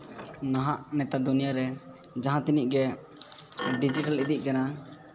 ᱱᱟᱦᱟᱜ ᱱᱮᱛᱟᱨ ᱫᱩᱱᱭᱟᱹ ᱨᱮ ᱡᱟᱦᱟᱸ ᱛᱤᱱᱟᱹᱜ ᱜᱮ ᱰᱤᱡᱤᱴᱮᱞ ᱤᱫᱤᱜ ᱠᱟᱱᱟ